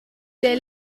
der